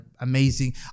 amazing